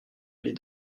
allés